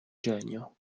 genio